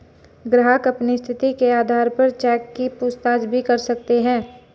ग्राहक अपनी स्थिति के आधार पर चेक की पूछताछ भी कर सकते हैं